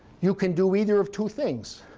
you can do either of two things.